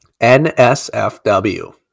NSFW